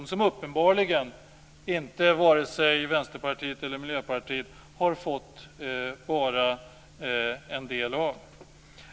Den propositionen har uppenbarligen varken Vänsterpartiet eller Miljöpartiet fått vara en del av.